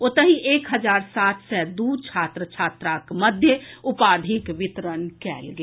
ओतहि एक हजार सात सय दू छात्र छात्राक मध्य उपाधिक वितरण कयल गेल